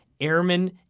airmen